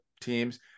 teams